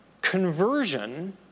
conversion